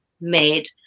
made